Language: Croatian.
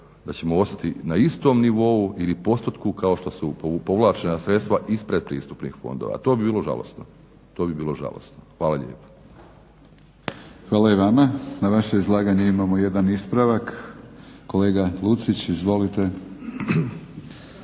da ćemo ostati na istom nivou ili postotku kao što su povlačena sredstva iz predpristupnih fondova a to bi bilo žalosno. Hvala lijepo. **Batinić, Milorad (HNS)** Hvala i vama. Na vaše izlaganje imamo jedan ispravak, kolega Lucić. Izvolite.